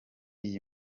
iyi